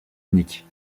unique